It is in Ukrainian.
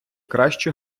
краще